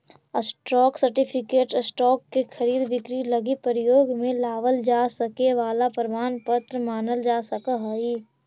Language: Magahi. स्टॉक सर्टिफिकेट स्टॉक के खरीद बिक्री लगी प्रयोग में लावल जा सके वाला प्रमाण पत्र मानल जा सकऽ हइ